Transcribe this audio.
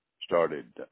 started